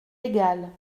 égal